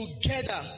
together